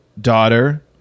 daughter